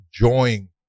enjoying